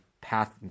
path